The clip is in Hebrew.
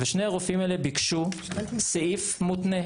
ושני הרופאים האלה ביקשו סעיף מותנה.